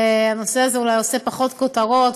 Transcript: הנושא הזה אולי עושה פחות כותרות,